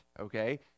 okay